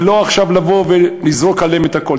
ולא לבוא עכשיו ולזרוק עליהן את הכול.